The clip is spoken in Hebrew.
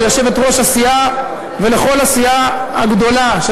ליושבת-ראש הסיעה ולכל הסיעה הגדולה של